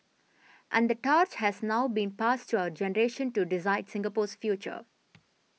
and the torch has now been passed to our generation to decide Singapore's future